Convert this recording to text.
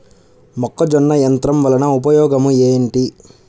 మొక్కజొన్న యంత్రం వలన ఉపయోగము ఏంటి?